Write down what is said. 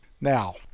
now